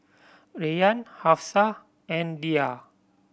Rayyan Hafsa and Dhia